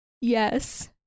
yes